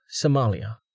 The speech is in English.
Somalia